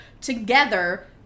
together